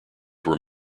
were